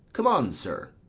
come on, sir.